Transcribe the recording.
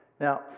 Now